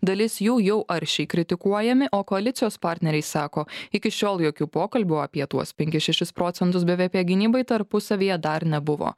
dalis jų jau aršiai kritikuojami o koalicijos partneriai sako iki šiol jokių pokalbių apie tuos penkis šešis procentus bvp gynybai tarpusavyje dar nebuvo